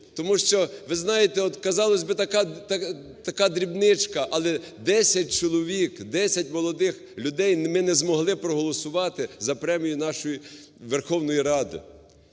тому що, ви знаєте, от, казалось би, така дрібничка, але 10 чоловік, 10 молодих людей… ми не змогли проголосувати за премію нашої Верховної Ради.